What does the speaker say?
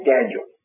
Daniel